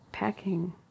Packing